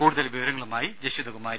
കൂടുതൽ വിവരങ്ങളുമായി ജഷിത കുമാരി